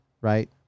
right